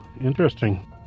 interesting